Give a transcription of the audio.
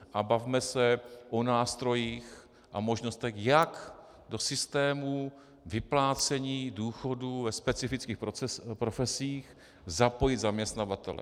A bavme se o nástrojích a možnostech, jak do systémů vyplácení důchodů ve specifických profesích zapojit zaměstnavatele.